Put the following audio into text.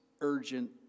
urgent